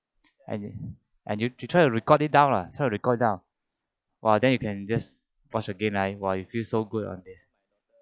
and you and you you try to record it down lah so you record it down !wah! then you can just watch again right !wah! you feel so good on this